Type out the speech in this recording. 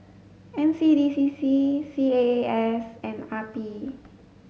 N C D C C C A A S and R P